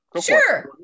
Sure